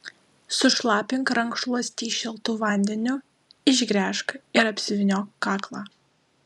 sušlapink rankšluostį šiltu vandeniu išgręžk ir apsivyniok kaklą